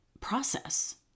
process